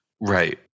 Right